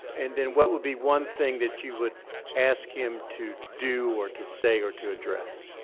and then what would be one thing that you would ask him to do or to say or to address?